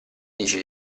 dice